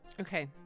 Okay